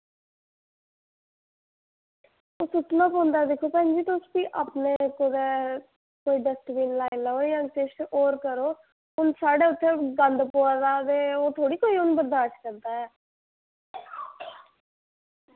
सुट्टना पौंदा तुस दिक्खो भैन जी अपने कुदै कोई डस्टबिन लाई लैओ जां किश होर करो ते साढ़े उत्थें गंद पवा दा ओह् थोह्ड़े ना कोई बर्दाश्त करदा ऐ